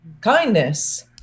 Kindness